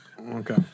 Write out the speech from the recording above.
okay